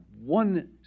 one